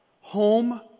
home